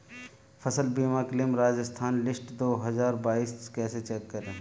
फसल बीमा claim Rajasthan list दो हज़ार बाईस कैसे चेक करें?